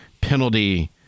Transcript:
penalty